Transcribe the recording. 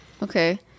Okay